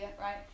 right